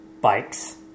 bikes